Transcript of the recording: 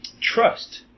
trust